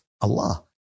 Allah